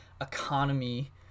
economy